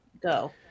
Go